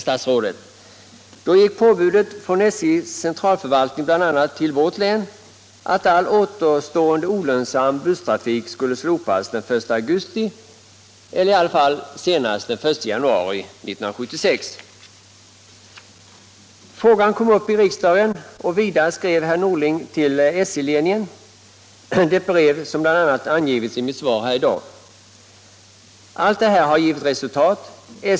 Då kom det ett påbud från SJ:s centralförvaltning bl.a. till vårt län att all återstående olönsam busstrafik skulle slopas den 1 augusti eller senast den 1 januari 1976. Frågan kom upp i riksdagen, och vidare skrev herr Norling till SJ-ledningen — det brev som jag redan har berört. Allt detta gav resultat.